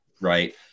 Right